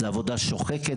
זאת עבודה שוחקת,